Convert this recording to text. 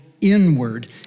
inward